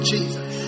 Jesus